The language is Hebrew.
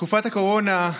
תקופת הקורונה,